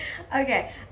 okay